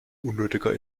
unnötiger